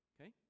Okay